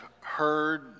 heard